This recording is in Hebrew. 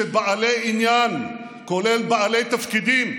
שבעלי עניין, כולל בעלי תפקידים,